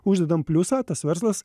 užsidedam pliusą tas verslas